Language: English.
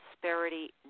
Prosperity